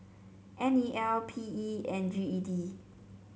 N E L P E and G E D